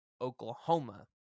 Oklahoma